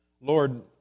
Lord